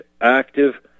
active